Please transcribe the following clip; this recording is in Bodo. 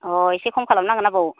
अ एसे खम खालामनांगोन आबौ